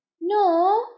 No